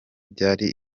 byari